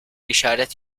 işaret